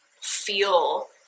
feel